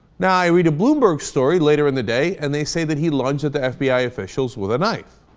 now i read a bloomberg story later in the day and they say that he wanted the f b i officials with a night